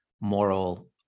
moral